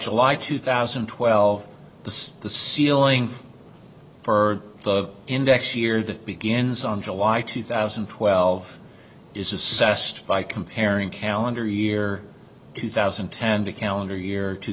july two thousand and twelve the ceiling for the index year that begins on july two thousand and twelve is assessed by comparing calendar year two thousand and ten to calendar year two